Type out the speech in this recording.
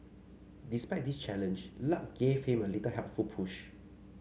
despite this challenge luck gave him a little helpful push